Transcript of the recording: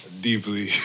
deeply